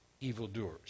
evildoers